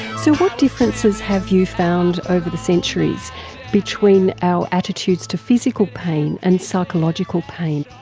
so what differences have you found over the centuries between our attitudes to physical pain and psychological pain?